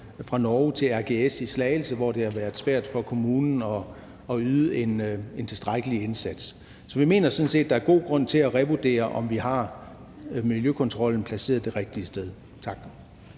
fra Norge til RGS i Slagelse, hvor det har været svært for kommunen at yde en tilstrækkelig indsats. Så vi mener sådan set, at der er god grund til at revurdere, om vi har miljøkontrollen placeret det rigtige sted. Tak.